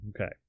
Okay